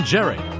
Jerry